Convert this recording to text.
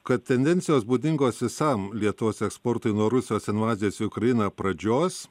kad tendencijos būdingos visam lietuvos eksportui nuo rusijos invazijos ukrainoje pradžios